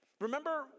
Remember